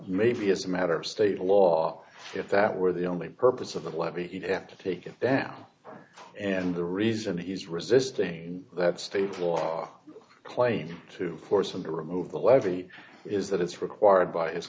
maybe as a matter of state law if that were the only purpose of the levy he'd have to take it down and the reason he's resisting that state law quite to force him to remove the levy is that it's required by his